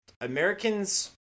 Americans